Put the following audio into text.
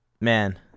Man